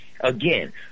again